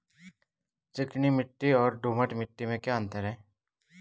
चिकनी मिट्टी और दोमट मिट्टी में क्या अंतर है?